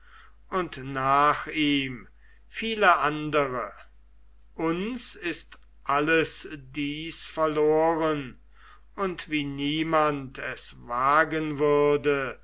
und nach ihm viele andere uns ist alles dies verloren und wie niemand es wagen würde